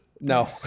No